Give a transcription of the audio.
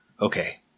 Okay